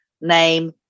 name